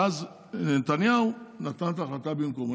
ואז נתניהו נתן את ההחלטה במקומו.